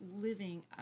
living